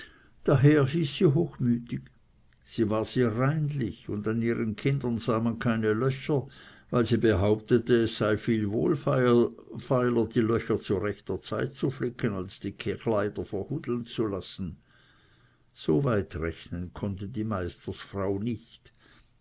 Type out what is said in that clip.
daher hieß sie sie hochmütig sie war sehr reinlich und an ihren kindern sah man keine löcher weil sie behauptete es sei viel wohlfeiler löcher zu rechter zeit zu flicken als die kleider verhudeln zu lassen so weit rechnen konnte die meistersfrau nicht